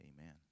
Amen